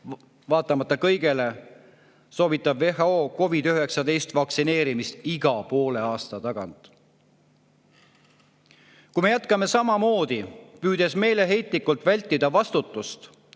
vaatamata kõigele soovitab WHO COVID‑19 vaktsineerimist iga poole aasta tagant. Kui me jätkame samamoodi, püüdes meeleheitlikult vältida vastutust,